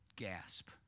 gasp